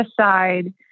aside